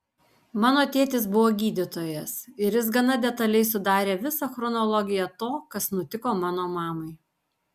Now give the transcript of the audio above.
mano tėtis buvo gydytojas ir jis gana detaliai sudarė visą chronologiją to kas nutiko mano mamai